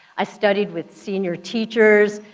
i studied with senior teachers,